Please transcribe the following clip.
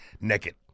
naked